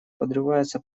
подрывается